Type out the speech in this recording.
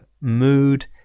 mood